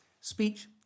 Speech